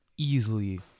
Easily